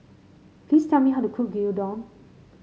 please tell me how to cook Gyudon